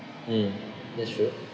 mm that's true